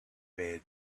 bade